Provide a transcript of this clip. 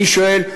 אני שואל: